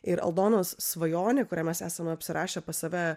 ir aldonos svajonė kurią mes esam apsirašę pas save